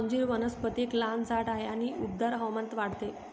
अंजीर वनस्पती एक लहान झाड आहे आणि उबदार हवामानात वाढते